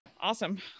Awesome